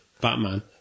Batman